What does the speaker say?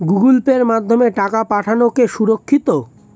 Google পের মাধ্যমে টাকা পাঠানোকে সুরক্ষিত?